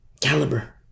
Caliber